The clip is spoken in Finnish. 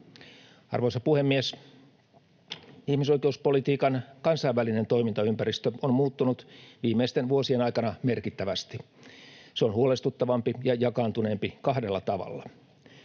Arvoisa puhemies! Ihmisoikeuspolitiikan kansainvälinen toimintaympäristö on muuttunut viimeisten vuosien aikana merkittävästi. Se on huolestuttavampi ja jakaantuneempi kahdella tavalla.